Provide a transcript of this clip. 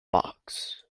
box